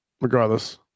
regardless